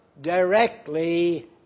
directly